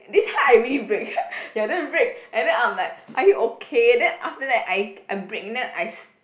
this time I really brake ya then brake and then I'm like are you okay then after that I I brake then I s~